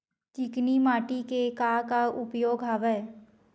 चिकनी माटी के का का उपयोग हवय?